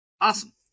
Awesome